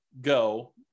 go